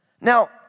Now